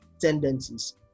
tendencies